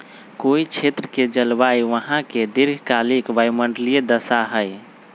कोई क्षेत्र के जलवायु वहां के दीर्घकालिक वायुमंडलीय दशा हई